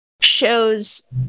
shows